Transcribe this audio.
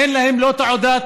אין לו לא תעודת